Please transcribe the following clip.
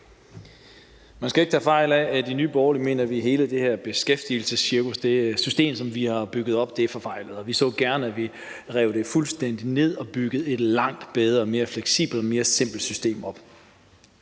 Man skal ikke tage fejl af, at vi i Nye Borgerlige mener, at hele det her beskæftigelsescirkus, altså det her system, vi har bygget op, er forfejlet, og vi så gerne, at vi rev det fuldstændig ned og byggede et langt bedre, mere fleksibelt og mere simpelt system op.